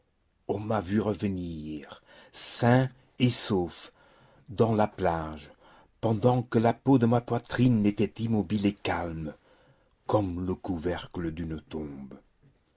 on m'a vu revenir sain et sauf dans la plage pendant que la peau de ma poitrine était immobile et calme comme le couvercle d'une tombe